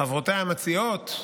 חברותיי המציעות,